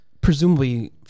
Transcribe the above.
presumably